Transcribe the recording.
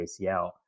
ACL